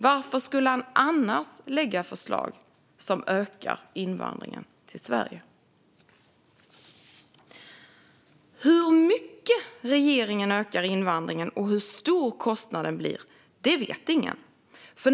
Varför skulle han annars lägga fram förslag som ökar invandringen till Sverige? Hur mycket regeringen ökar invandringen och hur stor kostnaden blir vet ingen.